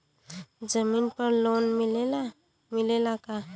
जमीन पर लोन मिलेला का?